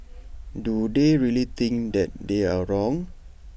do they really think that they are wrong